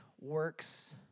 works